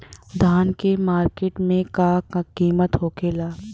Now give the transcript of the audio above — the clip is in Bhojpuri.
धान क मार्केट में का कीमत होखेला?